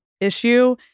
issue